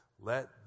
Let